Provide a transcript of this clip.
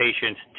patients